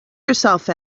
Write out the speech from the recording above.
yourself